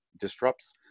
disrupts